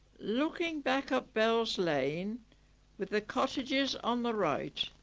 looking back up bell's lane with the cottages on the right.